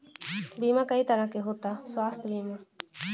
बीमा कई तरह के होता स्वास्थ्य बीमा?